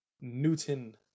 Newton